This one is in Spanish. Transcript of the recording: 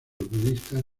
budistas